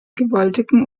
gewaltigen